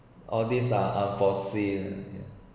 all this are unforeseen